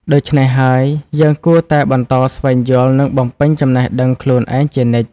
ដូច្នេះហើយ យើងគួរតែបន្តស្វែងយល់ និងបំពេញចំណេះដឹងខ្លួនឯងជានិច្ច។